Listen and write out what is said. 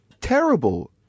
terrible